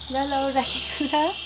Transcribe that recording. ल ल औ राखेको ल